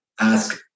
ask